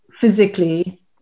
physically